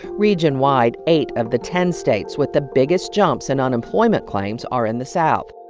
regionwide, eight of the ten states with the biggest jumps in unemployment claims are in the south,